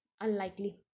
unlikely